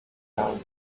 town